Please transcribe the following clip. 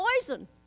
poison